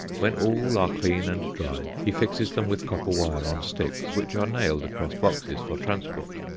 when all are clean and dry, he fixes them with copper wire on sticks, which are nailed across boxes for transport.